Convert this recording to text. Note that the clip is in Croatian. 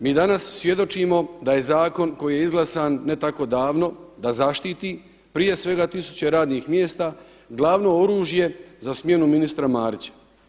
Mi danas svjedočimo da je zakon koji je izglasan ne tako davno da zaštiti prije svega tisuće radnih mjesta, glavno oružje za smjenu ministra Marića.